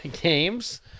games